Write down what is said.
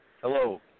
Hello